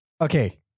Okay